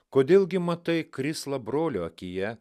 kodėl gi matai krislą brolio akyje